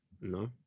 no